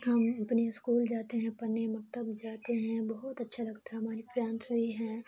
ہم اپنے اسکول جاتے ہیں پڑھنے مکتب جاتے ہیں بہت اچھا لگتا ہے ہماری فرینڈس بھی ہیں